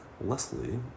leslie